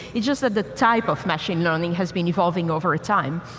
it's just that the type of machine learning has been evolving over time.